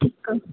ठीकु आहे